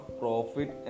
profit